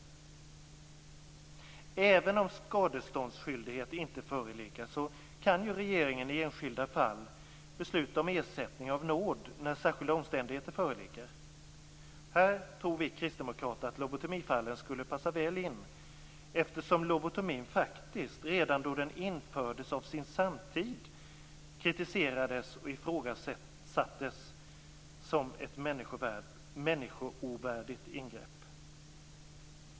Även om skadeståndsskyldighet inte föreligger kan regeringen i enskilda fall besluta om ersättning av nåd, när särskilda omständigheter föreligger. Här tror vi kristdemokrater att lobotomifallen skulle passa väl in, eftersom lobotomin faktiskt redan då den infördes kritiserades och ifrågasattes av sin samtid som ett människoovärdigt ingrepp.